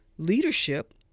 leadership